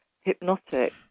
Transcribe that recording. hypnotic